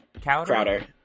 Crowder